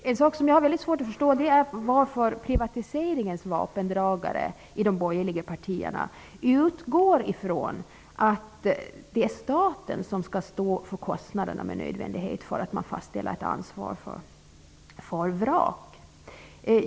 Det är svårt att förstå varför privatiseringens vapendragare i de borgerliga partierna utgår från att staten skall stå för kostnaderna om man fastställer ett ansvar för vrak.